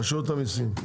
רשות המיסים.